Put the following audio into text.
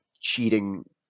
cheating